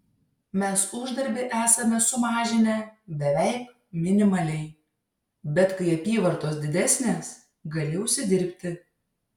mes uždarbį esame sumažinę beveik minimaliai bet kai apyvartos didesnės gali užsidirbti